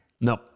No